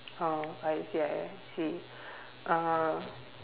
oh I see I see uh